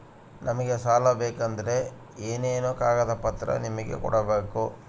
ನಮಗೆ ಸಾಲ ಬೇಕಂದ್ರೆ ಏನೇನು ಕಾಗದ ಪತ್ರ ನಿಮಗೆ ಕೊಡ್ಬೇಕು?